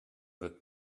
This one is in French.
votre